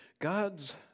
God's